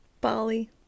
Bali